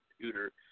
computer